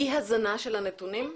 אי-הזנה של הנתונים?